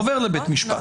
עובר לבית משפט.